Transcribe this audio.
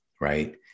right